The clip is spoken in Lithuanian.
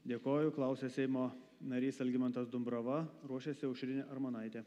dėkoju klausia seimo narys algimantas dumbrava ruošiasi aušrinė armonaitė